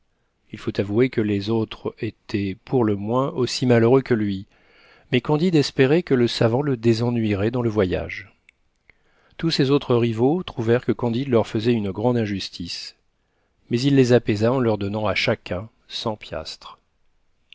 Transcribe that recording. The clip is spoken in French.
il faut avouer que les autres étaient pour le moins aussi malheureux que lui mais candide espérait que le savant le désennuierait dans le voyage tous ses autres rivaux trouvèrent que candide leur fesait une grande injustice mais il les apaisa en leur donnant à chacun cent piastres